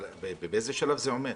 באיזה שלב זה עומד?